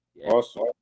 awesome